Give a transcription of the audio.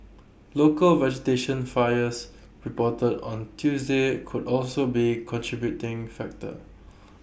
local vegetation fires reported on Tuesday could also be contributing factor